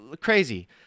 crazy